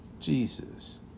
Jesus